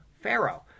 Pharaoh